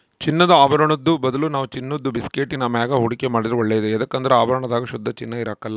ಚಿನ್ನದ ಆಭರುಣುದ್ ಬದಲು ನಾವು ಚಿನ್ನುದ ಬಿಸ್ಕೆಟ್ಟಿನ ಮ್ಯಾಗ ಹೂಡಿಕೆ ಮಾಡಿದ್ರ ಒಳ್ಳೇದು ಯದುಕಂದ್ರ ಆಭರಣದಾಗ ಶುದ್ಧ ಚಿನ್ನ ಇರಕಲ್ಲ